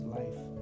life